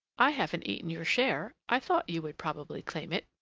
i haven't eaten your share i thought you would probably claim it!